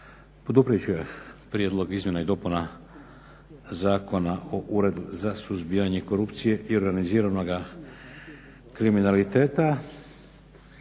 poduprijet će prijedlog izmjena i dopuna Zakona o Uredu za suzbijanje korupcije i organiziranoga kriminaliteta.